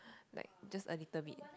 like just a little bit